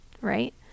right